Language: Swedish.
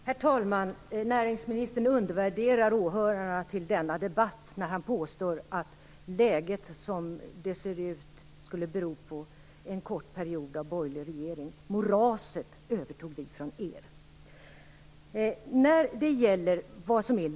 Herr talman! Näringsministern undervärderar dem som åhör denna debatt när han påstår att anledningen till att läget ser ut som det gör är en kort period under borgerlig regering. Moraset övertog vi från er.